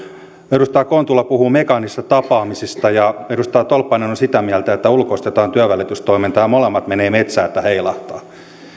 edustaja kontula puhui mekaanisista tapaamisista ja edustaja tolppanen on sitä mieltä että ulkoistetaan työnvälitystoimintaa ja molemmat menevät metsään että heilahtaa eihän